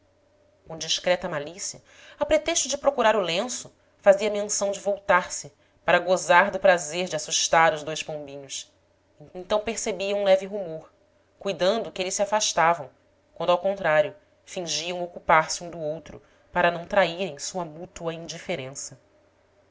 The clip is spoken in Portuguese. com discreta malícia a pretexto de procurar o lenço fazia menção de voltar-se para gozar do prazer de assustar os dois pombinhos então percebia um leve rumor cuidando que eles se afastavam quando ao contrário fingiam ocupar se um do outro para não traírem sua mútua indiferença